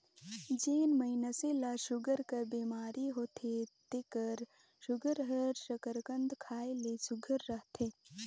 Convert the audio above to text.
जेन मइनसे ल सूगर कर बेमारी होथे तेकर सूगर हर सकरकंद खाए ले सुग्घर रहथे